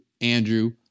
Andrew